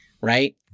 Right